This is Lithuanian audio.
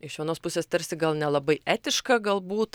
iš vienos pusės tarsi gal nelabai etiška galbūt